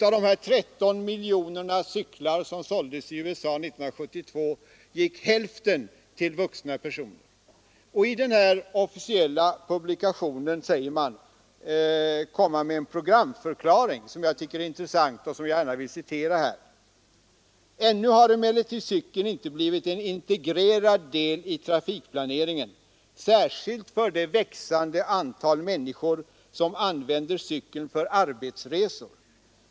Av de här 13 miljonerna cyklar som såldes i USA 1972 gick hälften till vuxna personer, och i den officiella publikation jag nämnde säger man sig komma med en programförklaring, som jag tycker är intressant och som jag gärna vill citera: ”Ännu har emellertid cykeln inte blivit en integrerad del i trafikplaneringen, särskilt för det växande antal människor som använder cykeln för arbetsresor.